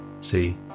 See